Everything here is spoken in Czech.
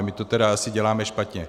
My to teda asi děláme špatně.